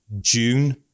june